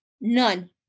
none